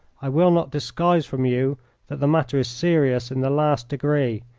i will not disguise from you that the matter is serious in the last degree,